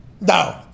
No